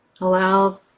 Allow